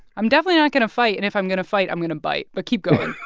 i'm definitely not going to fight. and if i'm going to fight, i'm going to bite. but keep going